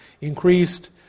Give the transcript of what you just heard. increased